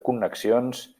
connexions